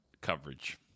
coverage